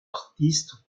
artistes